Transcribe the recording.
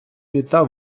літа